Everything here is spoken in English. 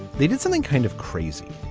they did something kind of crazy.